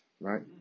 right